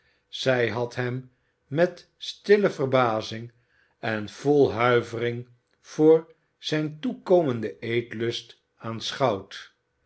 zij had hem met stille verbazing en vol huivering voor zijn toekomenden eetlust aanschouwd